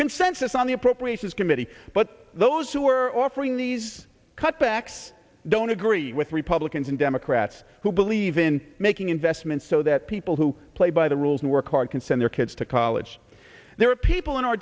consensus on the appropriations committee but those who are offering these cutbacks don't agree with republicans and democrats who believe in making investments so that people who play by the rules and work hard can send their kids to call ledge there are people in our